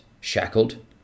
shackled